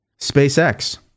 SpaceX